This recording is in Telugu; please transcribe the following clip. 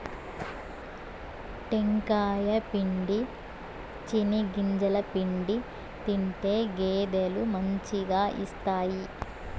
టెంకాయ పిండి, చెనిగింజల పిండి తింటే గేదెలు మంచిగా ఇస్తాయి